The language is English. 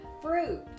fruit